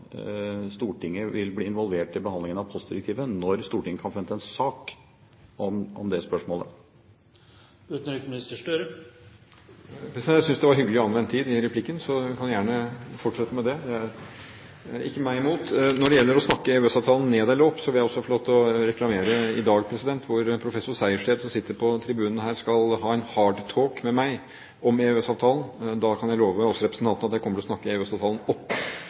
Stortinget vil bli involvert i behandlingen av postdirektivet, når Stortinget kan forvente en sak om det spørsmålet? Jeg synes det var hyggelig anvendt tid i replikken, så representanten kan gjerne fortsette med det. Det er ikke meg imot. Når det gjelder å snakke EØS-avtalen ned eller opp, vil jeg få lov til å reklamere for den i dag. Professor Sejersted, som sitter på tribunen her, skal ha en «HARDtalk» med meg om EØS-avtalen. Da kan jeg love representanten at jeg kommer til å snakke EØS-avtalen opp